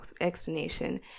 explanation